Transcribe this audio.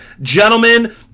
Gentlemen